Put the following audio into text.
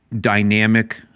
dynamic